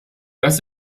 dass